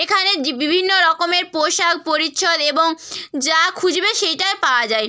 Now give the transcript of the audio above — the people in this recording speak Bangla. এখানে যে বিভিন্ন রকমের পোশাক পরিচ্ছদ এবং যা খুঁজবে সেইটা পাওয়া যায়